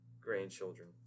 grandchildren